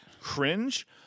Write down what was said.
cringe